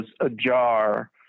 ajar